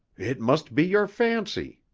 it must be your fancy,